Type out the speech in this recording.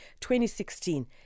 2016